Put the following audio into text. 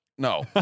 No